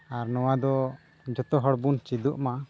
ᱟᱨ ᱱᱚᱣᱟ ᱫᱚ ᱡᱚᱛᱚ ᱦᱚᱲ ᱵᱚᱱ ᱪᱮᱫᱚᱜᱢᱟ